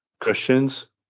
Christians